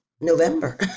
November